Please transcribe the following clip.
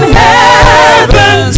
heaven